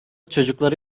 çocuklara